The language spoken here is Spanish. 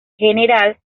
general